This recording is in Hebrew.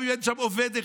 גם אם אין שם עובד אחד,